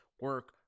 Work